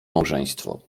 małżeństwo